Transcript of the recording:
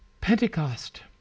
Pentecost